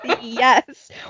Yes